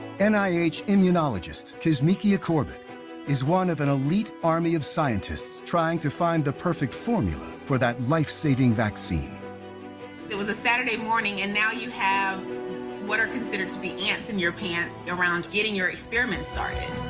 n i h. immunologist kizzmekia corbett is one of an elite army of scientists trying to find the perfect formula for that lifesaving vaccine. corbett it was a saturday morning, and now you have what are considered to be ants in your pants around getting your experiments started.